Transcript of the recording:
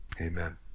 Amen